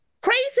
Crazy